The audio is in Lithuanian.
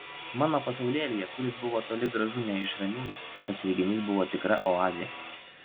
mano pasaulėlyje kuris buvo toli gražu ne iš ramiųjų tas reginys buvo tikra oazė